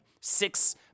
six